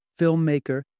filmmaker